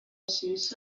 yagize